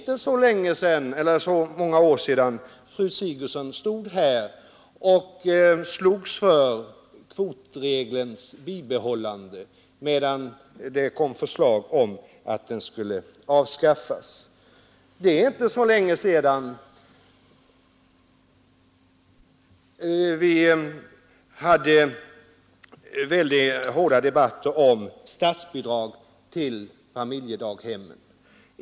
Det är inte så många år sedan som fru Sigurdsen stod här och slogs för balansregelns bibehållande, medan det kom förslag om att den skulle avskaffas. Det är inte så länge sedan vi hade väldigt hårda debatter om statsbidrag till familjedaghem.